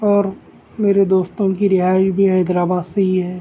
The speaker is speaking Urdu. اور میرے دوستوں کی رہائش بھی حیدرآباد سے ہی ہے